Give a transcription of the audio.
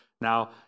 now